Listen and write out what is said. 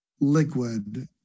liquid